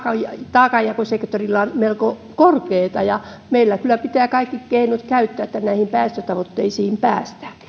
taakanjakosektorilla on melko korkea ja meillä pitää kyllä kaikki keinot käyttää siihen että näihin päästötavoitteisiin